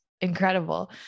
incredible